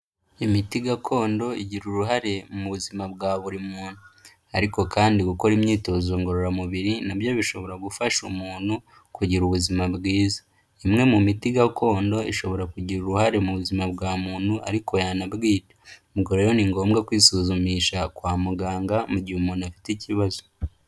Imiti gakondo igira uruhare mu buzima bwa buri muntu. Ariko kandi gukora imyitozo ngororamubiri na byo bishobora gufasha umuntu kugira ubuzima bwiza. Imwe mu miti gakondo ishobora kugira uruhare mu buzima bwa muntu ariko yanabwica. Ubwo rero ni ngombwa kwisuzumisha kwa muganga mu gihe umuntu afite ikibazo.